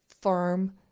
firm